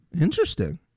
Interesting